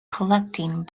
collecting